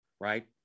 right